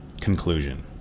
Conclusion